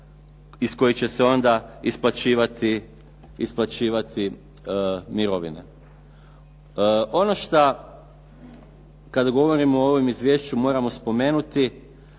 iz kojih će se onda isplaćivati mirovine. Ono šta kada govorimo o ovom izvješću moramo spomenuti